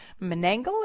Menangle